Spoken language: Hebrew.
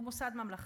הוא מוסד ממלכתי.